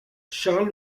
charles